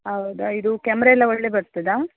ಹೌದಾ ಇದು ಕ್ಯಾಮ್ರಾ ಎಲ್ಲ ಒಳ್ಳೆ ಬರ್ತದಾ